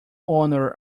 honour